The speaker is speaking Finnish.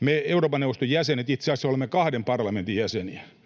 Me Euroopan neuvoston jäsenet itse asiassa olemme kahden parlamentin jäseniä,